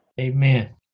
Amen